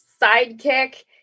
sidekick